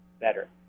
better